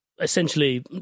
essentially